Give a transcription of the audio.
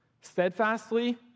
steadfastly